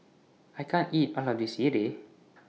I can't eat All of This Sireh